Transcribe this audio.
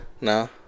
No